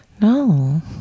No